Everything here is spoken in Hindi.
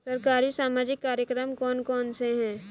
सरकारी सामाजिक कार्यक्रम कौन कौन से हैं?